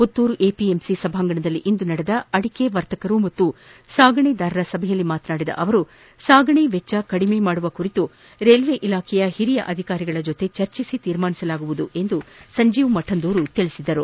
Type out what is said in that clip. Puttur APMC ಸಭಾಂಗಣದಲ್ಲಿಂದು ನಡೆದ ಅಡಿಕೆ ವರ್ತಕರು ಮತ್ತು ಸಾಗಾಣೆದಾರರ ಸಭೆಯಲ್ಲಿ ಮಾತನಾಡಿದ ಅವರು ಸಾಗಾಣೆ ವೆಚ್ಚ ಕಡಿಮೆ ಮಾಡುವ ಕುರಿತು ರೈಲ್ವೆ ಇಲಾಖೆಯ ಹಿರಿಯ ಅಧಿಕಾರಿಗಳ ಜತೆ ಚರ್ಚಿಸಿ ತೀರ್ಮಾನಿಸಲಾಗುವುದು ಎಂದು ಸಂಜೀವ ಮಠಂದೂರು ಹೇಳಿದರು